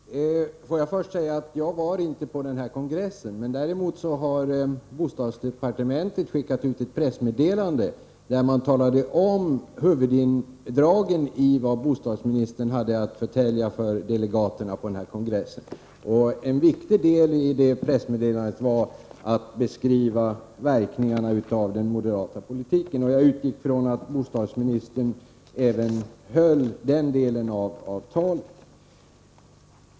Herr talman! Får jag först säga att jag inte deltog i denna kongress. Däremot har bostadsdepartementet skickat ut ett pressmeddelande, där man refererade huvuddragen i vad bostadsministern hade att förtälja för delegaterna på denna kongress. En viktig del i detta pressmeddelande var att bostadsministern beskrev verkningarna av den moderata bostadspolitiken. Jag utgick från att bostadsministern höll även den delen av talet.